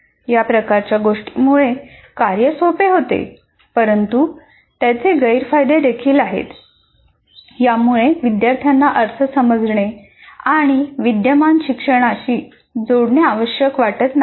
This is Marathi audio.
या प्रकारच्या गोष्टीमुळे कार्य सोपे होते परंतु त्याचे गैरफायदे देखील आहेत यामुळे विद्यार्थ्यांना अर्थ समजणे आणि विद्यमान शिक्षणाशी जोडणे आवश्यक वाटत नाही